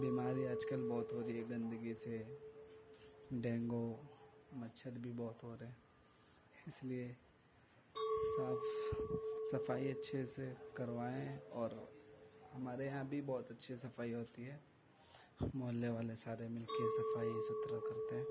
بیماری آج کل بہت ہو رہی ہے گندگی سے ڈینگو مچھر بھی بہت ہو رہے ہیں اس لیے صاف صفائی اچھے سے کروائیں اور ہمارے یہاں بھی بہت اچھے صفائی ہوتی ہے محلے والے سارے مل کے صفائی ستھرا کرتے ہیں